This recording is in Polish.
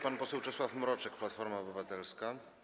Pan poseł Czesław Mroczek, Platforma Obywatelska.